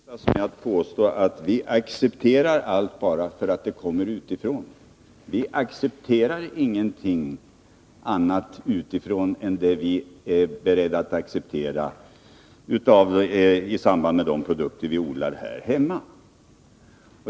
Herr talman! Einar Larsson envisas med att påstå att vi accepterar allt, bara därför att det kommer utifrån. Nej, vi accepterar ingenting annat som kommer utifrån än det vi är beredda att acceptera i samband med odlingen av produkter här hemma.